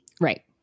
Right